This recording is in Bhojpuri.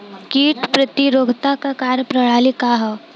कीट प्रतिरोधकता क कार्य प्रणाली का ह?